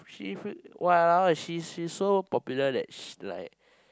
she !walao! she's she's so popular that she's like